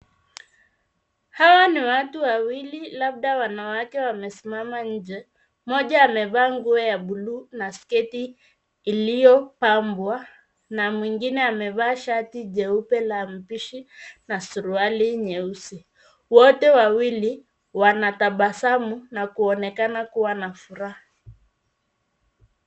Hawa ni watu wawili, labda wanawake, wamesimama nje. Mmoja amevaa nguo ya buluu na sketi iliyopambwa, na mwingine amevaa shati jeupe la mpishi na suruali yenye rangi nyeusi. Wote wawili wanatabasamu na kuonekana kuwa na furaha.